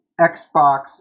Xbox